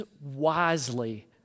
wisely